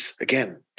Again